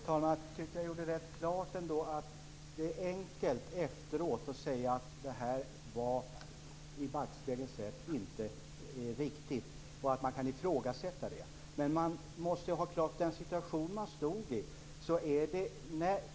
Herr talman! Jag tyckte att jag gjorde rätt klart att det är enkelt att efteråt säga att detta i backspegeln sett inte var riktigt och att man kan ifrågasätta det. Men vi måste ha klart för oss vilken situation som man då befann sig i.